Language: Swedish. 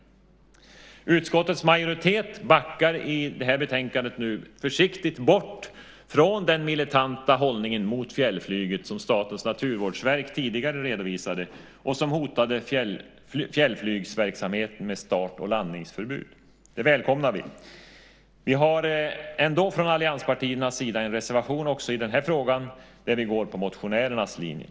Nu backar utskottets majoritet i detta betänkande försiktigt bort från den militanta hållning mot fjällflyget som Statens naturvårdsverk tidigare redovisat och som hotat fjällflygsverksamheten med start och landningsförbud. Det välkomnar vi. Ändå har vi från allianspartiernas sida en reservation även i denna fråga, där vi går på motionärernas linje.